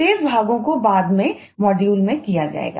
शेष भागों को बाद के मॉड्यूल में किया जाएगा